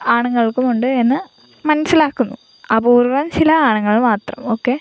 ആണുങ്ങൾക്കും ഉണ്ട് എന്ന് മനസ്സിലാക്കുന്നു അപൂർവ്വം ചില ആണുങ്ങൾ മാത്രം ഒക്കെ